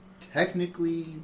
technically